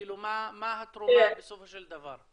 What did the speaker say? כאילו מה התרומה בסופו של דבר.